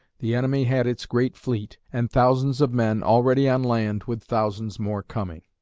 the enemy had its great fleet, and thousands of men already on land with thousands more coming.